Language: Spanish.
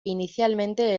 inicialmente